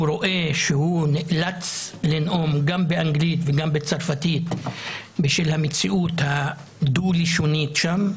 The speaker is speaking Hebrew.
רואה שהוא נאלץ לנאום גם באנגלית וגם בצרפתית בשל המציאות הדו-לשונית שם.